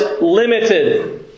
limited